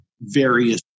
various